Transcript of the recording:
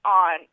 on